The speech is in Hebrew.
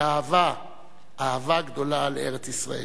ואהבה גדולה לארץ-ישראל.